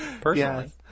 personally